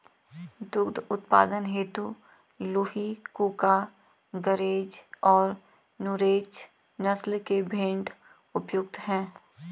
दुग्ध उत्पादन हेतु लूही, कूका, गरेज और नुरेज नस्ल के भेंड़ उपयुक्त है